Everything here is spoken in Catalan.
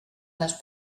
les